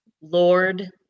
lord